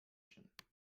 kitchen